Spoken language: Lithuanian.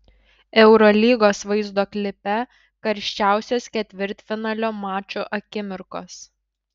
eurolygos vaizdo klipe karščiausios ketvirtfinalio mačų akimirkos